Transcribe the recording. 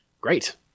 great